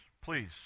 please